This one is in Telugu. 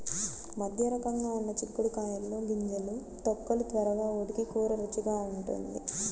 మధ్యరకంగా ఉన్న చిక్కుడు కాయల్లో గింజలు, తొక్కలు త్వరగా ఉడికి కూర రుచిగా ఉంటుంది